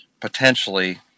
potentially